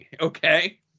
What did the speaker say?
okay